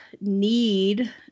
need